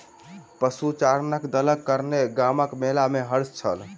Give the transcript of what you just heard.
पशुचारणक दलक कारणेँ गामक मेला में हर्ष छल